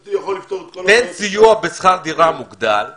תן סיוע בשכר דירה מוגדל לעולים,